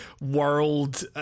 world